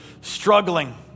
struggling